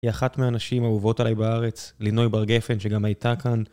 היא אחת מהאנשים אהובות עליי בארץ, לינוי בר גפן, שגם הייתה כאן.